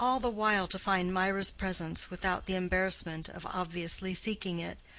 and all the while to find mirah's presence without the embarrassment of obviously seeking it,